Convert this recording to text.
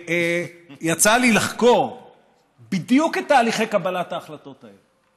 ויצא לי לחקור בדיוק את תהליכי קבלת ההחלטות האלה,